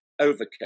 overcoat